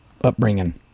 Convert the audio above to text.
upbringing